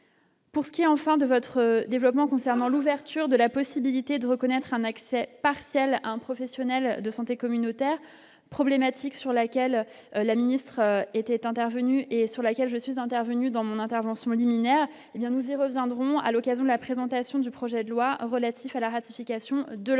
Pour ce qui est enfin de votre développement concernant l'ouverture de la possibilité de reconnaître un accès partiel un professionnel de santé communautaire problématique sur laquelle la ministre était intervenu et sur laquelle je suis intervenu dans mon intervention liminaire, hé bien, nous y reviendrons à l'occasion de la présentation du projet de loi relatif à la ratification de l'ordonnance